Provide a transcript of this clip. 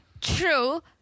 True